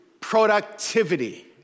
productivity